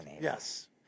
Yes